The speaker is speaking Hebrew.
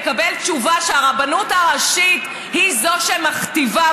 לקבל תשובה שהרבנות הראשית היא זו שמכתיבה,